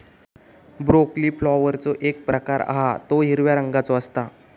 broccoli फ्लॉवरचो एक प्रकार हा तो हिरव्या रंगाचो असता